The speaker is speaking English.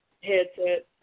Headset